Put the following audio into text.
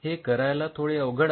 हे करायला थोडे अवघड आहे